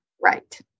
right